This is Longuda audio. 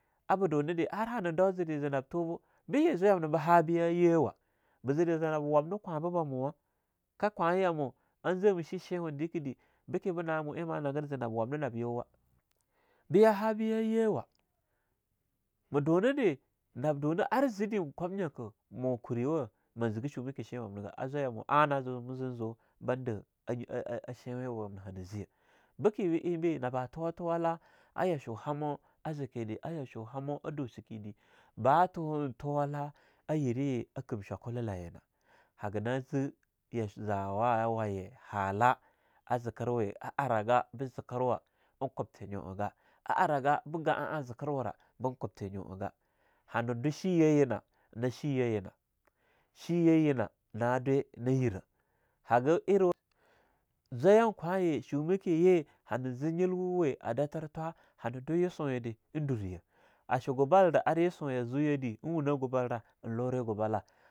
Abe dunide ar hanadau zede zenab tobu be yi zwayamna be a ye wa, bah zede zee nab wabnah kwaba bamuwa ka kwayamo an zeme shi shiwa dekade. Beke ba na'a mo eing ma nagin zenab wabna nab yuwa. beya habiya yewa ma dunede nab duna ar zede einkwamnyakah mu kuriwa me zege shumaka shewamna ga. A zwayamo ana zama zin zu ban de a a shinwiya wamnah hana zeya. Bike be einbe nabah tutuwala a yashu hamo a zikede a yashu hamo a dosikede. Ba tuntuwala a yerahye akim shokula layina. Haga nan ze ya s..zawa waye hallah a zikerwe a aragah be zikerwa einkubti nyu'aga a araga be gah'a a zikerwara ben kubti nyu'a ga, hanah du shiya yinah na shiyah yinah, shiyah yinah na dwe na shi yahyinah na dwe na yerah. Haga eriwa... zwayan kwaye shumake ye hana ze nyilwa we a datar thwah hanah du yusunye de ein duriya, a shu gubaldah ar yusunya a zo yah de ein wunnah gubalda in lure gabahlah.